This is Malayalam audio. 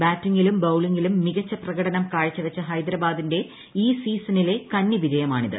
ബാറ്റിംഗ്ലില്ക് ബൌളിംഗിലും മികച്ച പ്രകടനം കാഴ്ചവച്ച് ഹൈദരാ്ബാദിന്റെ ഈ സീസണിലെ കന്നിവിജയമാണിത്